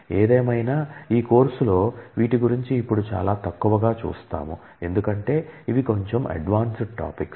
ఏదేమైనా ఈ కోర్సులో వీటి గురించి ఇప్పుడు చాలా తక్కువగా చూస్తాం ఎందుకంటే ఇవి కొంచం అడ్వాన్స్డ్ టాపిక్స్